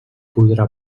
podrà